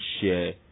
share